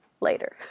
later